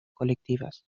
colectivas